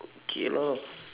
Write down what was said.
okay lah